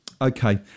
okay